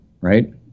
right